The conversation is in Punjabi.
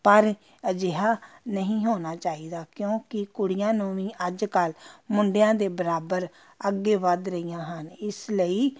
ਪਰ ਅਜਿਹਾ ਨਹੀਂ ਹੋਣਾ ਚਾਹੀਦਾ ਕਿਉਂਕਿ ਕੁੜੀਆਂ ਨੂੰ ਵੀ ਅੱਜ ਕੱਲ੍ਹ ਮੁੰਡਿਆਂ ਦੇ ਬਰਾਬਰ ਅੱਗੇ ਵੱਧ ਰਹੀਆਂ ਹਨ ਇਸ ਲਈ